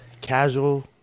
casual